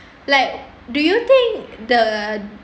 like do you think the